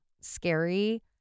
scary